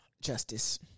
justice